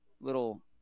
little